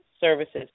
Services